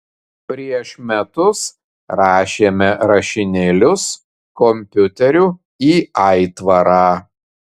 prieš metus rašėme rašinėlius kompiuteriu į aitvarą